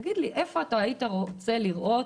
תגיד לי איפה היית רוצה לראות